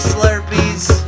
Slurpees